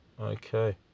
Okay